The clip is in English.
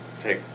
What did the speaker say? take